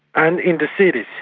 and in the cities.